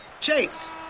chase